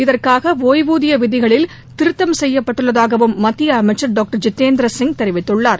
இதற்காக ஒய்வூதிய விதிகளில் திருத்தம் செய்யப்பட்டுள்ளதாகவும் மத்திய அமைச்சர் டாக்டர் ஐிதேந்திர சிங் தெரிவித்துள்ளார்